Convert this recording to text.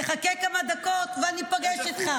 תחכה כמה דקות ואני איפגש איתך.